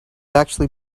actually